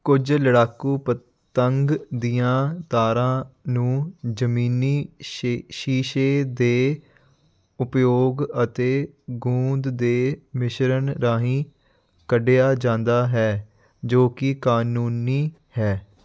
ਕੁਝ ਲੜਾਕੂ ਪਤੰਗ ਦੀਆਂ ਤਾਰਾਂ ਨੂੰ ਜਮੀਨੀ ਸ਼ੀ ਸ਼ੀਸ਼ੇ ਦੇ ਉਪਯੋਗ ਅਤੇ ਗੂੰਦ ਦੇ ਮਿਸ਼ਰਣ ਰਾਹੀਂ ਕੱਢਿਆ ਜਾਂਦਾ ਹੈ ਜੋ ਕਿ ਕਾਨੂੰਨੀ ਹੈ